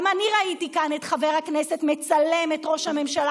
גם אני ראיתי כאן את חבר הכנסת מצלם את ראש הממשלה